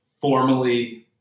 formally